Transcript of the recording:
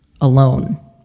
alone